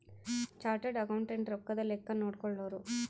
chartered accountant ರೊಕ್ಕದ್ ಲೆಕ್ಕ ನೋಡ್ಕೊಳೋರು